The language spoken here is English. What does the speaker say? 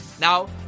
Now